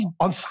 on